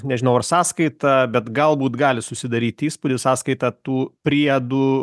nežinau ar sąskaita bet galbūt gali susidaryt įspūdis sąskaita tų priedų